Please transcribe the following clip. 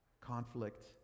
conflict